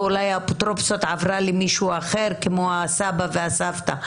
ואולי האפוטרופסות עברה למישהו אחר כמו הסבא והסבתא,